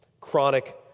chronic